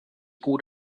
gut